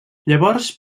llavors